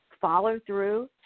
follow-through